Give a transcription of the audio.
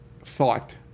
thought